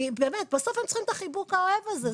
כי בסוף הם צריכים את החיבוק האוהב הזה,